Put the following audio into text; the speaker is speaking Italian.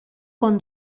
con